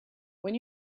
when